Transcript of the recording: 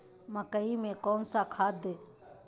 मकई में कौन सा खाद दे?